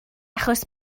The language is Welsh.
achos